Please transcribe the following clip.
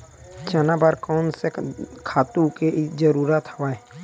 चना बर कोन से खातु के जरूरत हवय?